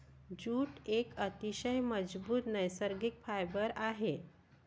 jute एक अतिशय मजबूत नैसर्गिक फायबर आहे